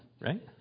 right